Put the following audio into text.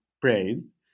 praise